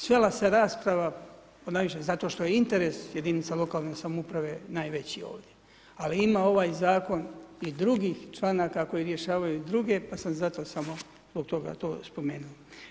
Svela se rasprava ponajviše zato što je interes jedinica lokalne samouprave najveći ovdje, ali ima ovaj zakon i drugih članaka koji rješavaju i druge pa sam zato samo zbog toga to spomenuo.